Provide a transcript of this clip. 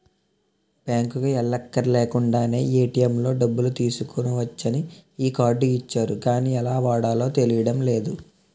బాంకుకి ఎల్లక్కర్లేకుండానే ఏ.టి.ఎం లో డబ్బులు తీసుకోవచ్చని ఈ కార్డు ఇచ్చారు గానీ ఎలా వాడాలో తెలియడం లేదు